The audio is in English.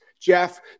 Jeff